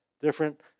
different